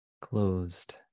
closed